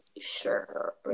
Sure